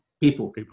people